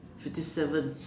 fifty seven